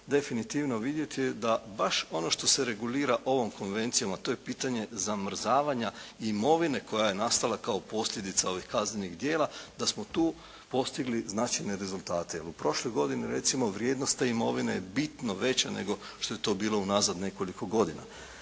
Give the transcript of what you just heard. definitivno vidjeti da baš ono što se regulira ovom konvencijom a to je pitanje zamrzavanja imovine koja je nastala kao posljedica ovih kaznenih djela, da smo tu postigli značajne rezultate. Evo, prošle godine recimo vrijednost te imovine je bitno veća nego što je to bilo unazad nekoliko godina.